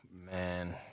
Man